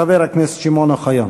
חבר הכנסת שמעון אוחיון.